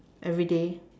everyday